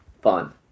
fun